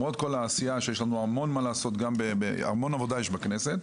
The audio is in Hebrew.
יש המון עבודה בכנסת,